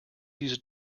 use